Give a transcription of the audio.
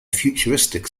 futuristic